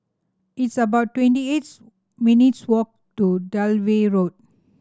it's about twenty eights minutes' walk to Dalvey Road